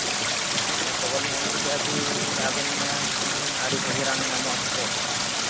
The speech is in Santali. ᱟᱫᱚ ᱠᱷᱚᱵᱚᱨ ᱞᱤᱧ ᱟᱸᱡᱚᱢ ᱠᱮᱫᱟ ᱠᱤ ᱟᱹᱵᱤᱱ ᱴᱷᱮᱱ ᱟᱹᱰᱤ ᱵᱷᱟᱹᱜᱤ ᱨᱟᱱ ᱧᱟᱢᱚᱜ ᱟᱥᱮ ᱪᱮᱫ